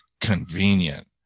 convenient